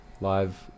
live